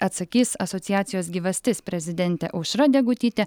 atsakys asociacijos gyvastis prezidentė aušra degutytė